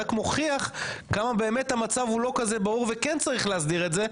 רק מוכיח כמה באמת המצב הוא לא כזה ברור וכן צריך להסדיר את זה,